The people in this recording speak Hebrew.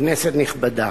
כנסת נכבדה,